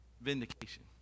vindication